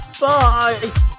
Bye